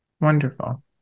Wonderful